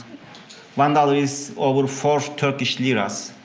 one dollar is over four turkish liras.